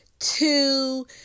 two